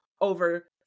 over